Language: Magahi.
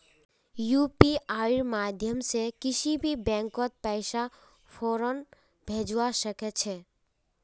यूपीआईर माध्यम से किसी भी बैंकत पैसा फौरन भेजवा सके छे